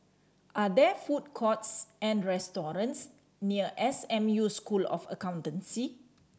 are there food courts or restaurants near S M U School of Accountancy